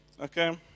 Okay